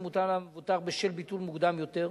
שמוטל על המבוטח בשל ביטול מוקדם יותר,